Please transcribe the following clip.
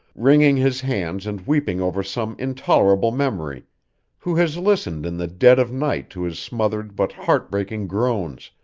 wringing his hands and weeping over some intolerable memory who has listened in the dead of night to his smothered but heart-breaking groans,